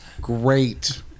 Great